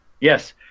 yes